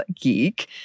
Geek